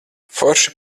forši